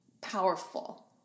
powerful